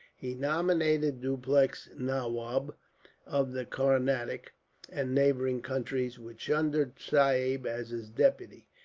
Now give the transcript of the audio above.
he nominated dupleix nawab of the carnatic and neighbouring countries, with chunda sahib as his deputy,